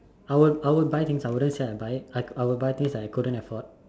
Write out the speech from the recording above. I will I will buy things I wouldn't say I wont buy it I will I will buy things I couldn't afford